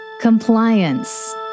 Compliance